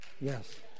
Yes